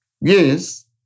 Yes